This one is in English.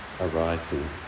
arising